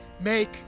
make